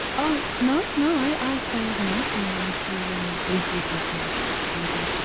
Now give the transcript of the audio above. oh no. no, i stay overnight. and i do the interviews here too. it's like it's easier.